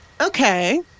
Okay